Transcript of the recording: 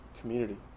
Community